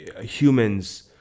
humans